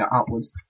upwards